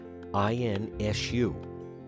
INSU